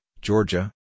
Georgia